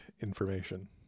information